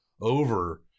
over